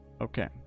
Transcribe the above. Okay